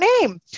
name